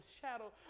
shadow